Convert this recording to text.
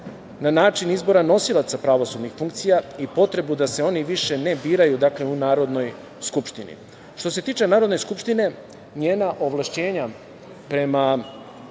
na način izbora nosilaca pravosudnih funkcija i potrebu da se oni više ne biraju u Narodnoj skupštini. Što se tiče Narodne skupštine, njena ovlašćenja prema